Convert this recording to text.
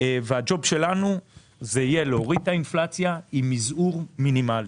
הג'וב שלנו יהיה להוריד את האינפלציה עם מזעור מינימלי.